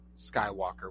Skywalker